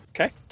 Okay